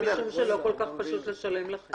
אולי משום שלא כל-כך פשוט לשלם לכם.